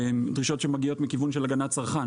דרישות שמגיעות מכיוון של הגנת צרכן,